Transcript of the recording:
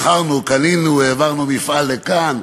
מכרנו, קנינו, העברנו מפעל לכאן,